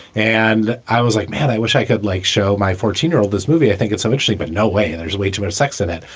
and i was like, man, i wish i could, like, show my fourteen year old this movie. i think it's eventually, but no way. there's way too much sex in it.